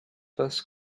first